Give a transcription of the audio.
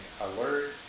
alert